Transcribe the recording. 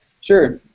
Sure